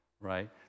right